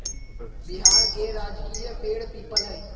बिहार के राजकीय पेड़ पीपल हई